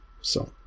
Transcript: So-